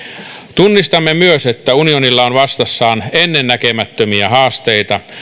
tunnistamme myös että unionilla on vastassaan ennennäkemättömiä haasteita